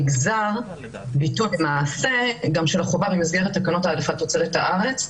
נגזר ביטול למעשה גם של החובה במסגרת התקנות העדפת תוצרת הארץ,